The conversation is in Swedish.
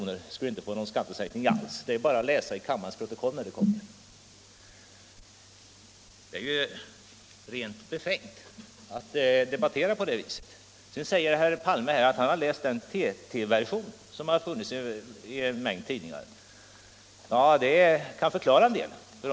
inte skulle få någon skattesänkning alls. Det är bara att läsa i kammarens protokoll när det kommer ut. Det är rent befängt att debattera på det viset. Sedan säger herr Palme att han läst en TT-version, som funnits i en mängd tidningar. Det kan förklara en del.